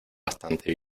bastante